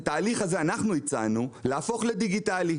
את ההליך הזה אנחנו הצענו להפוך לדיגיטלי.